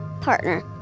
partner